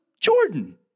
Jordan